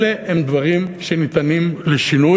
אלה הם דברים שניתנים לשינוי,